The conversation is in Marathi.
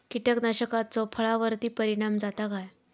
कीटकनाशकाचो फळावर्ती परिणाम जाता काय?